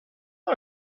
eye